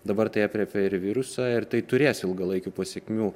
dabar tai aprėpia ir virusą ir tai turės ilgalaikių pasekmių